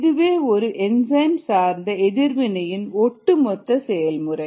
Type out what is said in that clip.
இதுவே ஒரு என்சைம் சார்ந்த எதிர்வினை இன் ஒட்டுமொத்த செயல்முறை